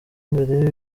mbere